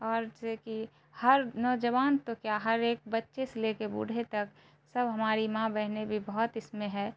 اور جیسے کہ ہر نوجوان تو کیا ہر ایک بچے سے لے کے بوڑھے تک سب ہماری ماں بہنیں بھی بہت اس میں ہے